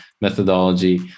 methodology